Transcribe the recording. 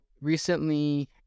recently